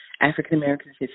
African-Americans